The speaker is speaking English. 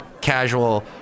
casual